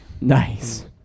Nice